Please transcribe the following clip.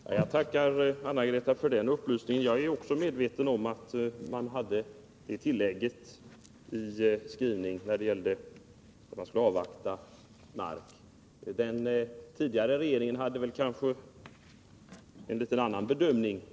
Herr talman! Jag tackar Anna-Greta Leijon för upplysningen. Jag är också medveten om att man hade det tillägget i skrivningen att vi skulle avvakta 29 NARK. Den tidigare regeringen hade kanske en något annorlunda bedömning.